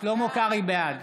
בעד